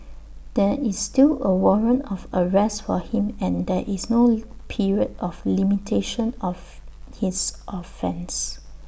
there is still A warrant of arrest for him and there is no period of limitation of his offence